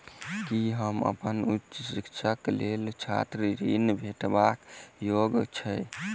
की हम अप्पन उच्च शिक्षाक लेल छात्र ऋणक भेटबाक योग्य छी?